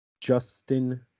Justin